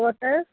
کوٗتاہ حظ